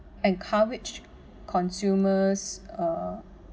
encouraged consumers uh